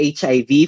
HIV